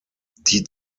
die